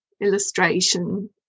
illustration